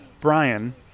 Brian